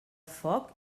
foc